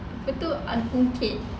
apa tu ungkit